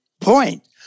point